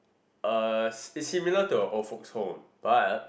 uh it's similar to your old folks home but